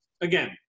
again